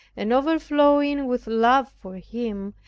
and overflowing with love for him,